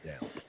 down